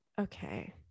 okay